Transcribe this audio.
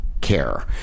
care